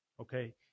Okay